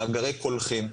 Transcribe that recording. מאגרי קולחין,